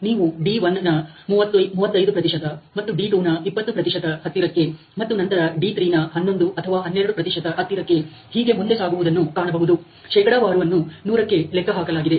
ನೀವು D1 ನ 35 ಪ್ರತಿಶತ ಮತ್ತು D2 ನ 20 ಪ್ರತಿಶತ ಹತ್ತಿರಕ್ಕೆ ಮತ್ತು ನಂತರ D3 ನ 11 ಅಥವಾ 12 ಪ್ರತಿಶತ ಹತ್ತಿರಕ್ಕೆ ಹೀಗೆ ಮುಂದೆ ಸಾಗುವುದನ್ನು ಕಾಣಬಹುದು ಶೇಕಡಾವಾರು ಅನ್ನು 100 ಕ್ಕೆ ಲೆಕ್ಕ ಹಾಕಲಾಗಿದೆ